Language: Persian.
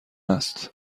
است